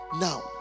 now